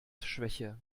schwäche